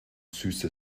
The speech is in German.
süße